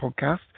podcast